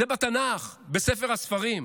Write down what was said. זה בתנ"ך, בספר הספרים.